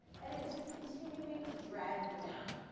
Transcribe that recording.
and it was just continuing to drag me down.